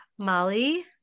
Molly